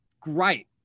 great